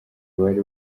bari